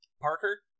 Parker